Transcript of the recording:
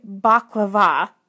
Baklava